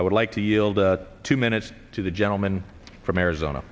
i would like to yield two minutes to the gentleman from arizona